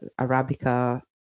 Arabica